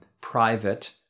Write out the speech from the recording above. private